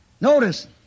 Notice